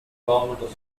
government